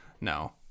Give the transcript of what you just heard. No